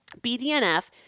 BDNF